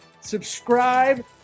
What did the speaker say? Subscribe